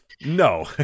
No